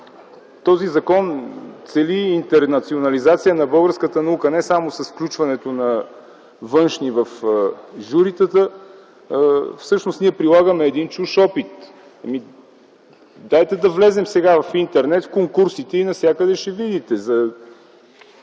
това цели интернационализация на българската наука не само с включването на външни в журитата. Ние всъщност прилагаме чужд опит. Нека влезем сега в интернет в конкурсите, навсякъде ще видите,